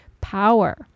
power